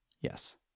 Yes